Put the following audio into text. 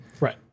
Right